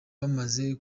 bamaze